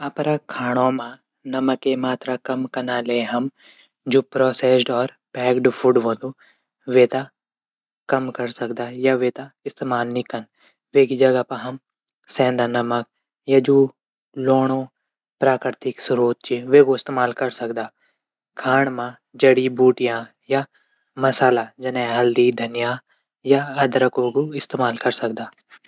अपड खांणू मा नमक मात्रा कम कनैले हम जू प्रोसेड और फैट फूड होंदू वेथे कम कै सकदा। य वेथे इस्तेमाल नी कन। वेकी जगह हम सेंधा नमक जू लूणो प्राकृतिक श्रोत च उ इस्तेमाल कौर सकदा। खाण मा जडी बूटीयां जनई मसाला हल्दी धनिया या अदरक कू इस्तेमाल कै सकदा ।